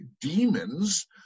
demons